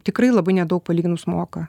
tikrai labai nedaug palyginus moka